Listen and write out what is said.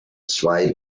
zwei